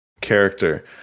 character